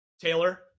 Taylor